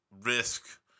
risk